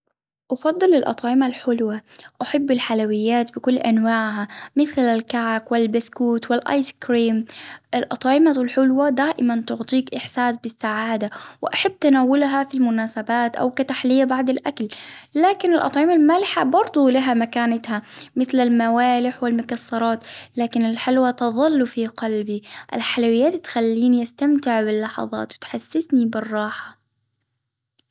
أفضل الأطعمة الحلوة، أحب الحلويات بكل أنواعها مثل الكعك والبسكوت والآيس كريم، الأطعمة الحلوة دائما تعطيك إحساس بالسعادة، وأحب تناولها في مناسبات أو كتحلية بعد الأكل، لكن الأطعمة المالحة برضو لها مكانتها، مثل الموالح ،والمكسرات، لكن الحلوى تظل في قلبي، الحلويات تخليني أستمتع باللحظات وتحسسني بالراحة.